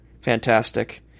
Fantastic